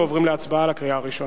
ועוברים להצבעה בקריאה הראשונה.